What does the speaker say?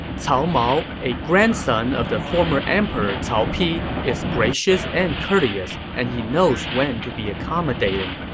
cao mao, a grandson of the former emperor cao pi, is gracious and courteous, and he knows when to be accommodating.